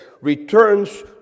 returns